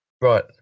Right